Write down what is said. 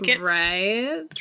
Right